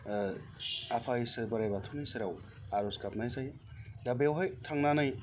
आफा इसोर बोराइ बाथौनि सेराव आर'ज गाबनाय जायो दा बेवहाय थांनानै